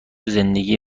زندگی